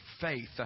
faith